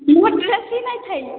ମୁଁ ଡ୍ରେସ୍ ହି ନାହିଁ ଥାଇ